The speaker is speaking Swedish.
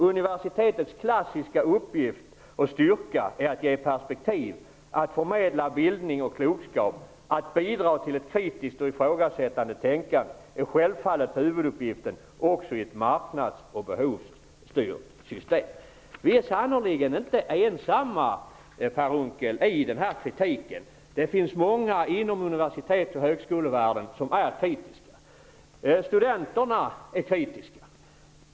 Universitetets klassiska uppgift och styrka att ge perspektiv, att förmedla bildning och klokskap, att bidra till ett kritiskt och ifrågasättande tänkande, är självfallet huvuduppgiften också i ett marknads och behovsstyrt system.'' Vi är sannerligen inte ensamma i den här kritiken, Per Unckel. Det finns många inom universitets och högskolevärlden som är kritiska. Studenterna är kritiska.